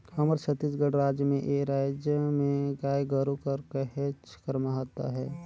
हमर छत्तीसगढ़ राज में ए राएज में गाय गरू कर कहेच कर महत अहे